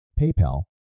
PayPal